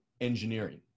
engineering